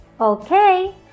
Okay